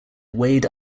wade